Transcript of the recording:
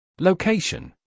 Location